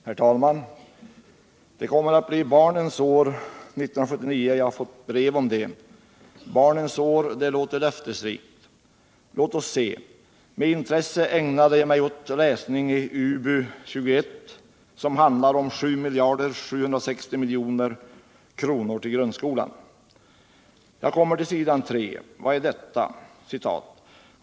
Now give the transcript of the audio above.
Herr talman! Det kommer att bli barnens år 1979 — jag har fått brev om det. Barnens år — det låter löftesrikt. Låt oss se! Med intresse ägnade jag mix åt läsning i UbU 21, som handlar om 7 760 000 000 kr. till grundskolan. Jag kommer till s.3. Vad är deta?